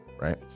right